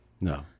No